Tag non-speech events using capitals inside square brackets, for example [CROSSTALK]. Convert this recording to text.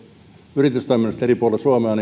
yritystoiminnasta eri puolilla suomea [UNINTELLIGIBLE]